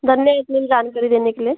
धन्य इतनी जानकारी देने के लिए